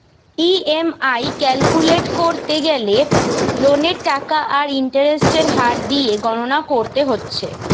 EMI calculate কোরতে গ্যালে লোনের টাকা আর ইন্টারেস্টের হার দিয়ে গণনা কোরতে হচ্ছে